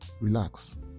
relax